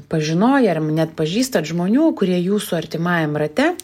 pažinoję ar net pažįstat žmonių kurie jūsų artimajam rate